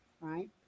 right